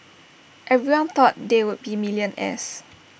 everyone thought they would be millionaires